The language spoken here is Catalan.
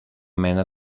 mena